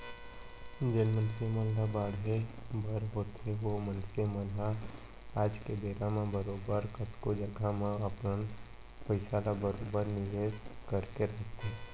जेन मनसे मन ल बाढ़े बर होथे ओ मनसे मन ह आज के बेरा म बरोबर कतको जघा म अपन पइसा ल बरोबर निवेस करके राखथें